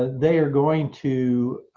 ah they are going to